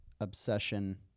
obsession